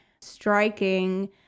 striking